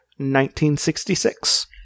1966